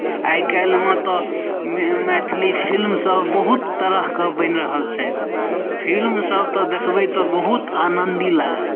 आइ काल्हिमे तऽ मैथिली फिल्म सब बहुत तरहके बनि रहल छथि फिल्म सब तऽ देखबय तऽ बहुत आनन्दी लागत